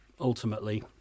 ultimately